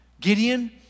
Gideon